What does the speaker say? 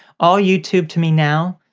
all youtube to me now,